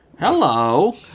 Hello